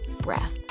breath